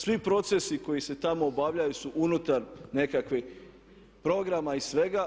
Svi procesi koji se tamo obavljaju su unutar nekakvih programa i svega.